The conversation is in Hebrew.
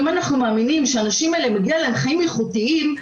אם אנחנו מאמינים שלאנשים האלה מגיעים חיים איכותיים,